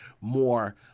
more